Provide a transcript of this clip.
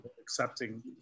accepting